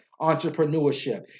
entrepreneurship